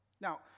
Now